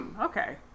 Okay